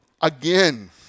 Again